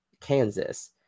kansas